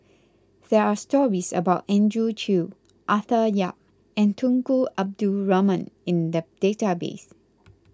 there are stories about Andrew Chew Arthur Yap and Tunku Abdul Rahman in the database